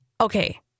Okay